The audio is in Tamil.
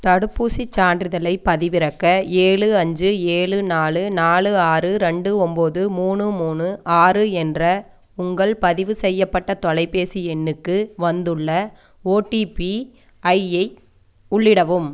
தடுப்பூசிச் சான்றிதழைப் பதிவிறக்க ஏழு அஞ்சு ஏலு நாலு நாலு ஆறு ரெண்டு ஒன்போது மூணு மூணு ஆறு என்ற உங்கள் பதிவு செய்யப்பட்ட தொலைபேசி எண்ணுக்கு வந்துள்ள ஓடிபி ஐயை உள்ளிடவும்